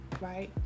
right